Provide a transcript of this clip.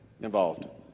involved